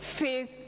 faith